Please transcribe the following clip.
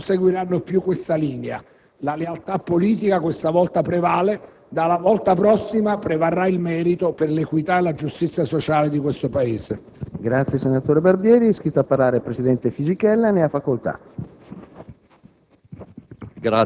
I Socialisti non seguiranno più questa linea. La lealtà politica questa volta prevale, ma dalla prossima volta prevarrà il merito per l'equità e la giustizia sociale di questo Paese.